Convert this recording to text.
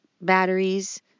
batteries